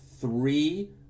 three